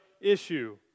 issue